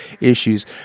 issues